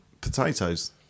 Potatoes